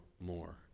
more